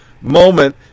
moment